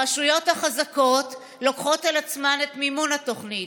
הרשויות החזקות לוקחות על עצמן את מימון התוכנית.